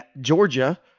Georgia